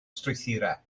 strwythurau